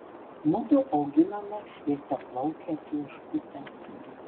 mudu auginome šviesiaplaukę čiauškutę